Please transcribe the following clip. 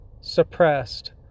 suppressed